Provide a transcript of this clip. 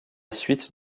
suite